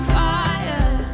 fire